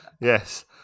yes